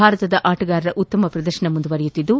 ಭಾರತದ ಆಟಗಾರರ ಉತ್ತಮ ಪ್ರದರ್ಶನ ಮುಂದುವರೆದಿದ್ದು